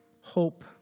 Hope